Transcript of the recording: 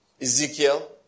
Ezekiel